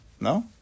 No